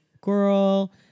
girl